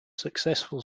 successful